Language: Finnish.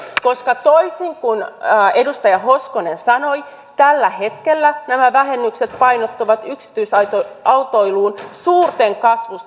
koska toisin kuin edustaja hoskonen sanoi tällä hetkellä nämä vähennykset painottuvat yksityisautoiluun suurten